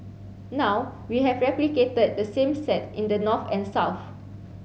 now we have replicated the same set in the north and south